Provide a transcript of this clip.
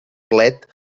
plet